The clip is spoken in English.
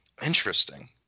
Interesting